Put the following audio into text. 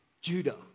Judah